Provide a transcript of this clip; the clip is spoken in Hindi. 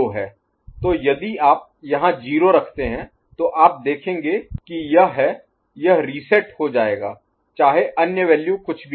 तो यदि आप यहाँ 0 रखते हैं तो आप देखेंगे कि यह है यह रीसेट हो जाएगा चाहे अन्य वैल्यू कुछ भी हो